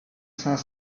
cinq